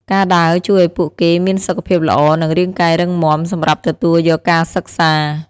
ការដើរជួយឱ្យពួកគេមានសុខភាពល្អនិងរាងកាយរឹងមាំសម្រាប់ទទួលយកការសិក្សា។